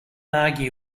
argue